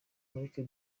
mureke